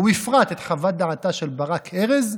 ובפרט את חוות דעתה של ברק ארז,